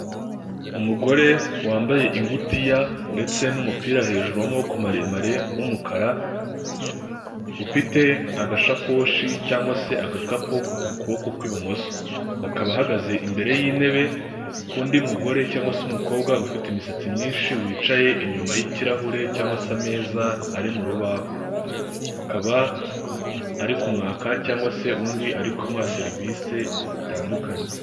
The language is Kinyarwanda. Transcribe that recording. Umugore wambaye ingutiya ndetse n'umupira hejuru w'amaboko maremare w'umukara ufite agasakoshi cyangwa se agakapu ku kuboko kw'ibumoso akaba ahagaze imbere y'intebe k'undi mugore cyangwa se umukobwa ufite imisatsi myinshi wicaye inyuma y'kirahure cyangwa se ameza ari mu rubaho, akaba ari kumwaka cyangwa se undi ari kumuha serivise zitandukanye.